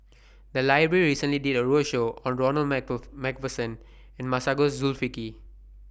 The Library recently did A roadshow on Ronald MacPherson and Masagos Zulkifli